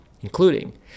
including